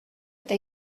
eta